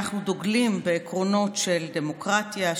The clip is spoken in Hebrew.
אנחנו דוגלים בעקרונות של דמוקרטיה,